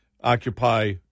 Occupy